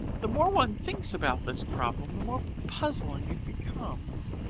the more one thinks about this problem, the more puzzling it becomes.